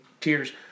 tears